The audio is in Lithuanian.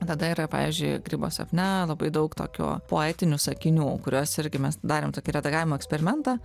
tada yra pavyzdžiui grybo sapne labai daug tokio poetinių sakinių kuriuos irgi mes darėm tokį redagavimo eksperimentą